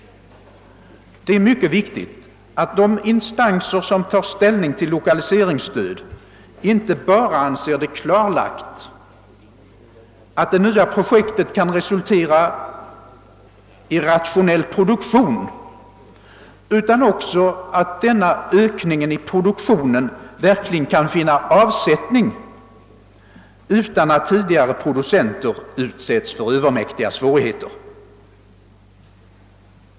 Det är mycket viktigt inte bara att de instanser, som tar ställning till lokaliseringsstöd, anser det klarlagt, att det nya projektet kan resultera i rationell produktion, utan också att denna ökning av produktionen verkligen kan finna avsättning utan att tidigare producenter utsätts för övermäktiga svårigheter.